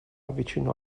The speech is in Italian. vicino